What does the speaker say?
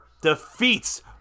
defeats